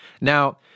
Now